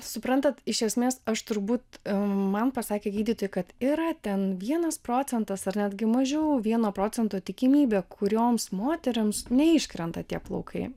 suprantat iš esmės aš turbūt man pasakė gydytojai kad yra ten vienas procentas ar netgi mažiau vieno procento tikimybė kurioms moterims neiškrenta tie plaukai